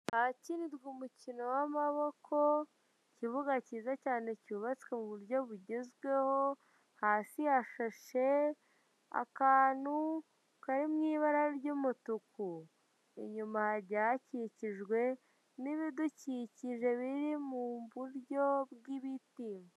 Ahakinirwa umukino w'amaboko , ikibuga kiza cyane cyubatswe muburyo bugezweho, hasi hashashe akantu Kari mu ibara ry'umutuku . Inyuma hagiye gakikijwe n'ibidukikije biri muburyo bw'ibiti.